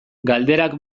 galderak